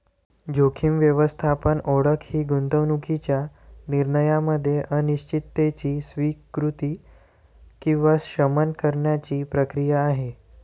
जोखीम व्यवस्थापन ओळख ही गुंतवणूकीच्या निर्णयामध्ये अनिश्चिततेची स्वीकृती किंवा शमन करण्याची प्रक्रिया आहे